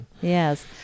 Yes